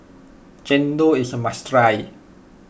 Chendol is a must try